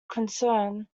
concern